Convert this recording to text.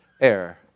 Air